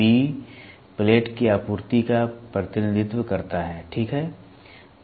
B plate की आपूर्ति का प्रतिनिधित्व करता है ठीक है